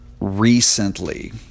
recently